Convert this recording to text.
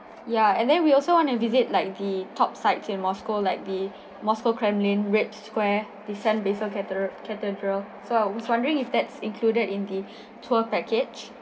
ya and then we also want to visit like the top sites in moscow like the moscow kremlin red square the saint basil's cathe~ cathedral so I was wondering that's included in the tour package